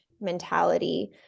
mentality